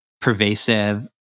pervasive